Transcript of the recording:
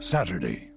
Saturday